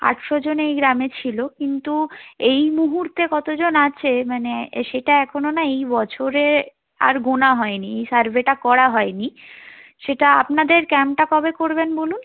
আটশোজন এই গ্রামে ছিলো কিন্তু এই মুহুর্তে কতোজন আছে মানে সেটা এখনও না এই বছরে আর গোনা হয় নি সার্ভেটা করা হয় নি সেটা আপনাদের ক্যাম্পটা কবে করবেন বলুন